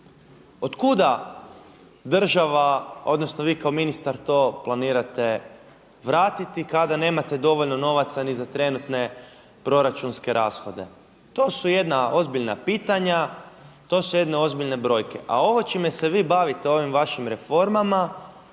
Od kuda država, odnosno vi kao ministar to planirate vratiti kada nemate dovoljno novaca ni za trenutne proračunske rashode. To su jedna ozbiljna pitanja, to su jedne ozbiljne brojke. A ovo čime se vi bavite ovim vašim reformama